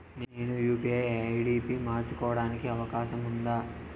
నేను UPI ID పి మార్చుకోవడానికి అవకాశం ఉందా?